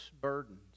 burdens